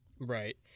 Right